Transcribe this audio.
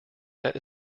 that